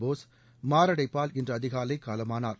போஸ் மரடைப்பால் இன்று அதிகாலை காலமானார்